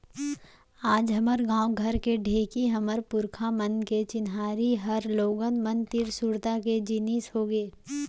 आज हमर गॉंव घर के ढेंकी हमर पुरखा मन के चिन्हारी हर लोगन मन तीर सुरता के जिनिस होगे